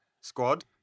squad